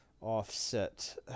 offset